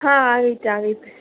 ಹಾಂ ಆಯ್ತು ಆಯ್ತು